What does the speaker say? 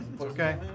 Okay